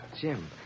Jim